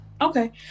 Okay